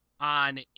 on